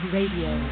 Radio